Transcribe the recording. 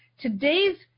today's